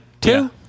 Two